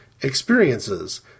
experiences